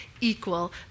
equal